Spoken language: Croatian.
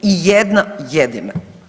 Ijedna jedina?